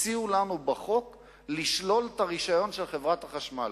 הציעו לנו בחוק לשלול את הרשיון של חברת החשמל.